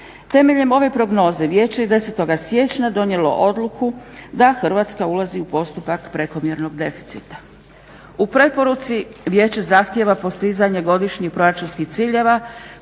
Temeljem ove prognoze Vijeće je 10. siječnja donijelo odluku da Hrvatska ulazi u postupak prekomjernog deficita. U preporuci Vijeće zahtjeva postizanje godišnjih proračunskih ciljeva